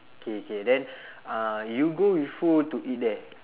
K K then uh you go with who to eat there